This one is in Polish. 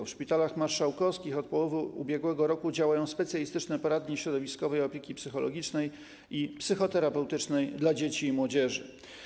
W szpitalach marszałkowskich od połowy ubiegłego roku działają specjalistyczne poradnie środowiskowej opieki psychologicznej i psychoterapeutycznej dla dzieci i młodzieży.